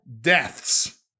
deaths